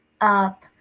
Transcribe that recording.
up